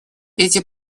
эти